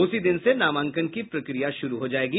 उसी दिन से नामांकन की प्रक्रिया शुरू हो जायेगी